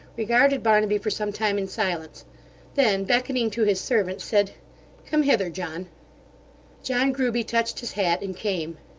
regarded barnaby for some time in silence then beckoning to his servant, said come hither, john john grueby touched his hat, and came.